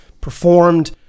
performed